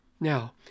Now